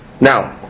Now